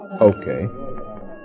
Okay